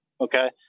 Okay